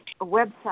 website